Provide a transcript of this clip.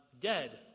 dead